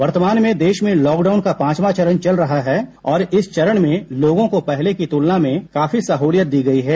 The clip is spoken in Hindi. वर्तमान में देश में लॉकडाउन का पांचवा चरण चल रहा है और इस चरण में लोगों को पहले की तुलना में काफी सहूलियत दी गई है